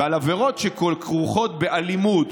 ועל עבירות שכרוכות באלימות,